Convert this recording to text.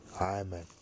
Amen